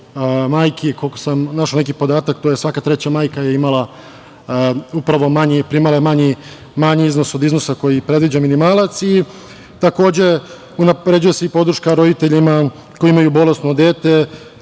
majki, koliko sam našao podatak, svaka treća majka je primala manji iznos od iznosa koji je predviđa minimalac. Takođe, unapređuje se i podrška roditeljima koji imaju bolesno dete,